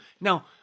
Now